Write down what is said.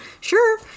Sure